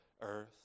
earth